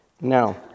Now